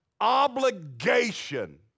obligation